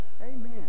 Amen